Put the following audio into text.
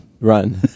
run